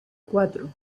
cuatro